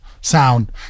sound